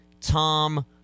tom